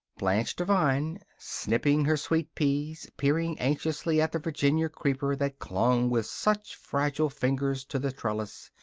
blanche devine snipping her sweet peas, peering anxiously at the virginia creeper that clung with such fragile fingers to the trellis,